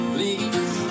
Please